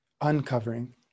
uncovering